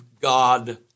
God